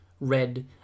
Red